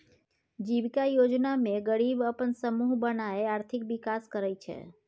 जीबिका योजना मे गरीब अपन समुह बनाए आर्थिक विकास करय छै